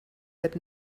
that